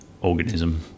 organism